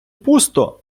пусто